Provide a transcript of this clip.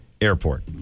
Airport